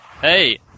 Hey